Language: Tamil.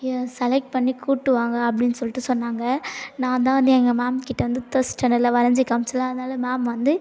ஏ செலக்ட் பண்ணி கூட்டிகிட்டு வாங்க அப்படின்னு சொல்லிட்டு சொன்னாங்கள் நான் தான் வந்து எங்கள் மேம்கிட்ட வந்து தேர்ட் ஸ்டாண்டர்டில் வரைஞ்சி காமிச்சேன்ல அதனால் மேம் வந்து